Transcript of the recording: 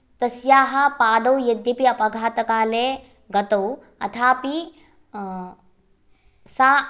तस्याः पादौ यद्यपि अपघातकाले गतौ अथापि सा